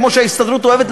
כמו שההסתדרות אוהבת,